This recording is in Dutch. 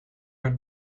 het